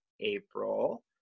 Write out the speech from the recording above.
April